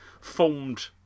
formed